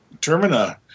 Termina